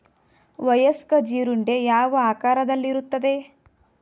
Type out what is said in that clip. ವಯಸ್ಕ ಜೀರುಂಡೆ ಯಾವ ಆಕಾರದಲ್ಲಿರುತ್ತದೆ?